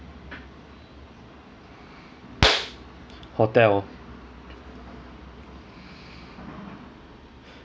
hotel